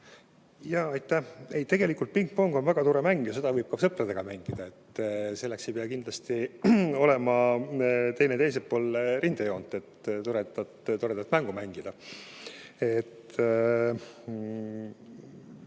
Aitäh! Tegelikult pingpong on väga tore mäng ja seda võib ka sõpradega mängida. Ei pea kindlasti olema teine teisel pool rindejoont, et toredat mängu mängida.